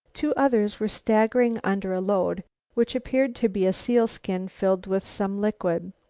two others were staggering under a load which appeared to be a sealskin filled with some liquid.